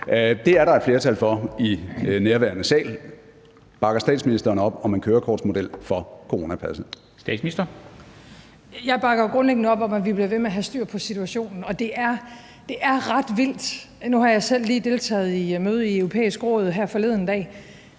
Dam Kristensen): Statsministeren. Kl. 13:08 Statsministeren (Mette Frederiksen): Jeg bakker grundlæggende op om, at vi bliver ved med at have styr på situationen. Det er ret vildt. Nu har jeg selv lige deltaget i et møde i Det Europæiske Råd her forleden dag